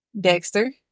Dexter